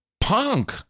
Punk